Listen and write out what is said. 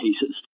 cases